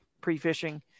pre-fishing